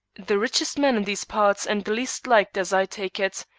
the richest man in these parts and the least liked as i take it.